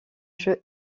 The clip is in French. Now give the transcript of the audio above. jeu